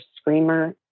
screamer